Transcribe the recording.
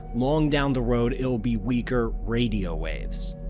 long down the road it will be weaker radio waves.